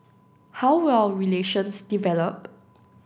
how will our relations develop